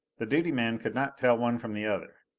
the duty man could not tell one from the other.